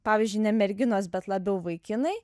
pavyzdžiui ne merginos bet labiau vaikinai